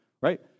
right